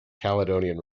caledonian